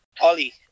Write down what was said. Ollie